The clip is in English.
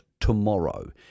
tomorrow